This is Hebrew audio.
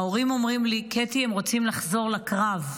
ההורים אומרים לי: קטי, הם רוצים לחזור לקרב.